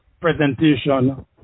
presentation